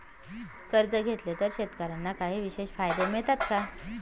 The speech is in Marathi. कर्ज घेतले तर शेतकऱ्यांना काही विशेष फायदे मिळतात का?